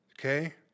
Okay